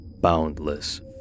boundless